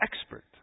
expert